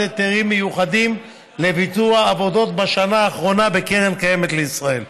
היתרים מיוחדים לביצוע עבודות בשנה האחרונה בקרן הקיימת לישראל,